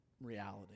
reality